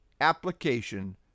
application